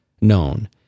known